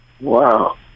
Wow